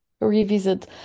Revisit